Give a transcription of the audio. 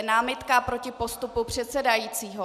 Námitka proti postupu předsedajícího.